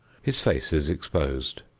his face is exposed.